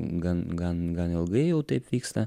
gan gan gan ilgai jau taip vyksta